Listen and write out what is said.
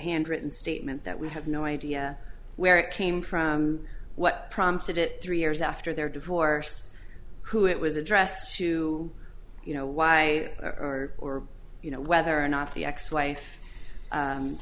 handwritten statement that we had no idea where it came from what prompted it three years after their divorce who it was addressed to you know why or or you know whether or not the ex wife